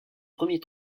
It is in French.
premier